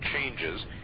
changes